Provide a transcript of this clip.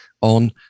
on